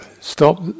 stop